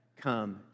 come